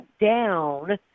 down